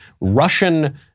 Russian